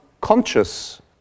conscious